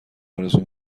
آرزو